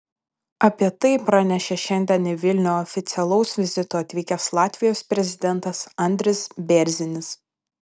apie tai pranešė šiandien į vilnių oficialaus vizito atvykęs latvijos prezidentas andris bėrzinis